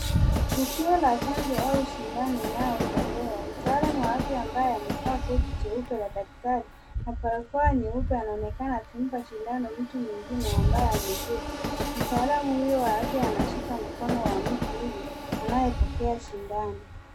Tukio la chanjo au shindano inayotolewa mtaalamu wa afya ambaye amevaa koti jeupe la dakatari na barakoa nyeupe anaonekana akimpa shindano mtu mwingine ambaye amekemeti. Mtaalamu huyo wa afya anashika mkono wa mtu huyo anayepokea shindano